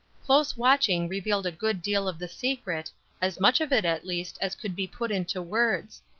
close watching revealed a good deal of the secret as much of it at least as could be put into words.